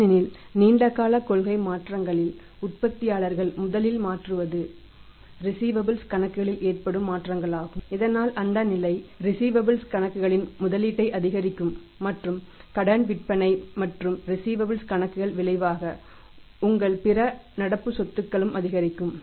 ஏனெனில் நீண்டகால கொள்கை மாற்றங்களில் உற்பத்தியாளர்கள் முதலில் மாற்றுவது ரிஸீவபல்ஸ் கணக்குகள் விளைவாக உங்கள் பிற நடப்பு சொத்துக்களும் அதிகரிக்கும்